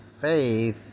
Faith